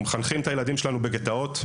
אנחנו מחנכים את הילדים שלנו בגטאות,